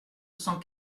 cent